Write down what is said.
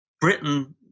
britain